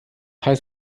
heißt